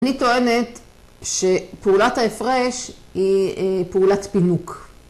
‫אני טוענת שפעולת ההפרש ‫היא פעולת פינוק.